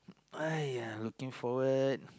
!aiya! looking forward